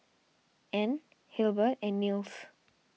Anne Hilbert and Nils